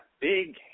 big